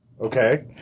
Okay